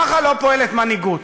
ככה לא פועלת מנהיגות.